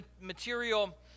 material